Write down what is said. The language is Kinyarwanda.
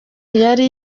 yari